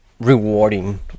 rewarding